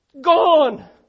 Gone